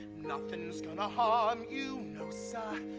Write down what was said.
nothing's gonna harm you no sir,